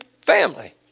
family